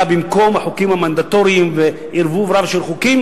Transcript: במקום החוקים המנדטוריים וערבוב רב של חוקים.